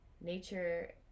nature